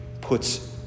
puts